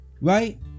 right